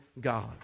God